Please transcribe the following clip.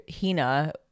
Hina